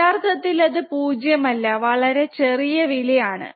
യഥാർത്ഥത്തിൽ അത് 0 അല്ല വളരെ ചെറിയ വില ആണ്